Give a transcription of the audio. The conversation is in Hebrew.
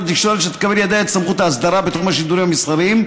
התקשורת שתקבל לידיה את סמכויות האסדרה בתחום השידורים המסחריים,